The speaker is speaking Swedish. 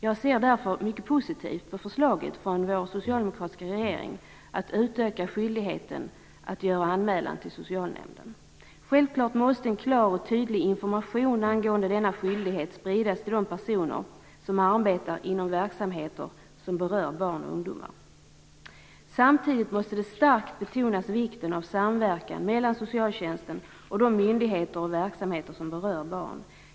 Jag ser därför mycket positivt på förslaget från vår socialdemokratiska regering att utöka skyldigheten att göra anmälan till socialnämnden. Självfallet måste en klar och tydlig information om denna skyldighet spridas till de personer som arbetar inom verksamheter som berör barn och ungdomar. Samtidigt måste vikten av samverkan mellan socialtjänsten och de myndigheter och verksamheter som berör barn starkt betonas.